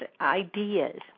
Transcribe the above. ideas